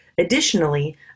Additionally